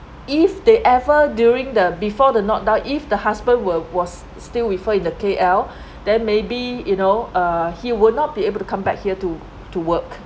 if they ever during the before the lockdown if the husband were was still with her in the K_L_ then maybe you know uh he will not be able to come back here to to work